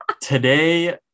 today